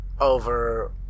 Over